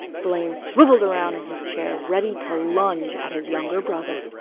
blaine swiveled around in his chair, ready to lunge at his younger brother.